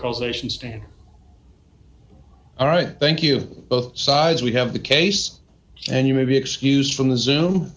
causation stand all right thank you both sides we have the case and you may be excused from the zoom